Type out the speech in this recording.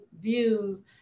views